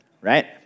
Right